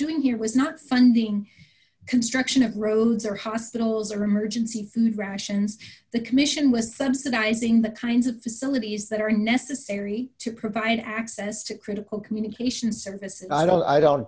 doing here was not funding construction of roads or hospitals or emergency food rations the commission was subsidizing the kinds of facilities that are necessary to provide access to critical communication services i don't i don't